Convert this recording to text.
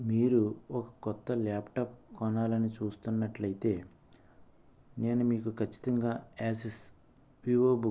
మీరు ఒక కొత్త ల్యాప్టాప్ కొనాలని చూస్తున్నట్లయితే నేను మీకు ఖచ్చితంగా ఆసుస్ వివో బుక్